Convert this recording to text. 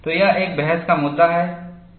तो यह एक बहस का मुद्दा है